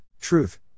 Truth